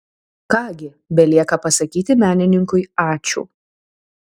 ką gi belieka pasakyti menininkui ačiū